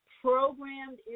programmed